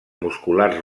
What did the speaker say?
musculars